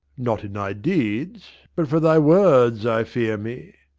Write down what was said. not in thy deeds. but for thy words, i fear me!